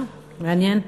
אה, מעניין.